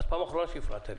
זו פעם אחרונה שהפרעת לי.